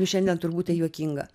šiandien turbūt tai juokinga